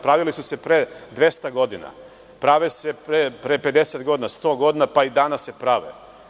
Pravile su se pre 200 godina, prave se pre 50 godina, sto godina, pa i danas se prave.